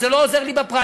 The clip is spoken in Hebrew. זה לא עוזר לי בפריימריז.